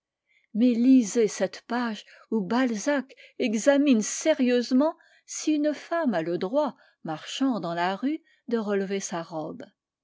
mais lisez cette page où balzac examine sérieusement si une femme a le droit marchant dans la rue de relever sa robe